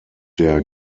der